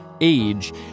age